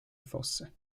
fosse